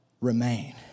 remain